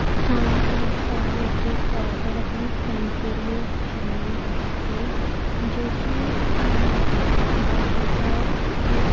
ہاں میں نے تحفے کی طور پر اپنی فرینڈ کے لیے ایک شاعری لکھی تھی جو کہ میں نے اس کو اس کے بر ڈے پر